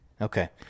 Okay